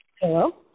Hello